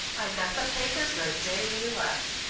i got the papers the day we left.